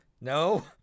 No